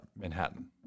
Manhattan